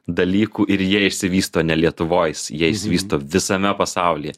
dalykų ir jie išsivysto ne lietuvoj jie išsivysto visame pasaulyje